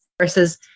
versus